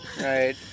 Right